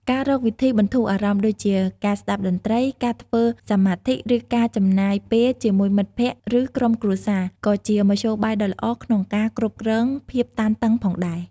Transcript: ការរកវិធីបន្ធូរអារម្មណ៍ដូចជា ការស្តាប់តន្ត្រី ការធ្វើសមាធិ ឬការចំណាយពេលជាមួយមិត្តភ័ក្តិ និងក្រុមគ្រួសារ ក៏ជាមធ្យោបាយដ៏ល្អក្នុងការគ្រប់គ្រងភាពតានតឹងផងដែរ។